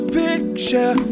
picture